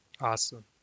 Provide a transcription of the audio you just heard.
Awesome